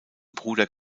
bruder